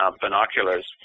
binoculars